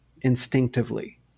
instinctively